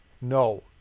No